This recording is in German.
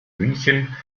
münchen